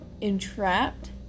entrapped